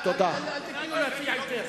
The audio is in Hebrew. חוטובלי לא תוחזר.